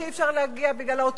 שאי-אפשר להגיע אליו,